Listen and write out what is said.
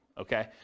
okay